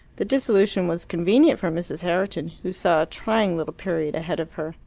the disillusion was convenient for mrs. herriton, who saw a trying little period ahead of her,